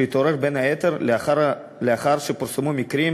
שהתעורר בין היתר לאחר שפורסמו מקרים